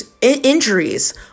injuries